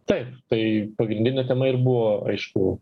taip tai pagrindinė tema ir buvo aišku